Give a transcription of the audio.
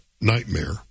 nightmare